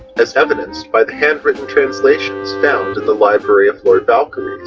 as evidenced by the hand written translations found in the library of lord balcarres.